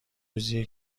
روزیه